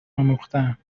آموختهام